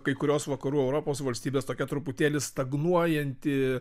kai kurios vakarų europos valstybės tokia truputėlį stagnuojanti